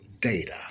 data